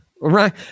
right